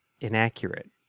inaccurate